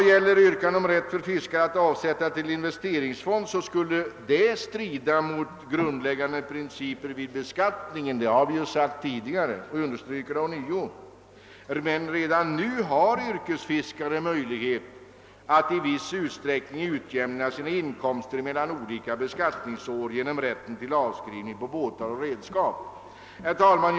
Vad gäller yrkandet om införande av rätt för fiskare att skattefritt avsätta till investeringsfond skulle en sådan reform strida mot grundläggande principer vid beskattningen — det har vi framhållit tidigare, och vi understryker det ånyo. Redan nu har yrkesfiskare möjlighet att i viss utsträckning utjämna sina inkomster mellan olika beskattningsår genom rätten till avskrivning på båtar och redskap. Herr talman!